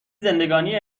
زندگانی